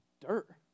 dirt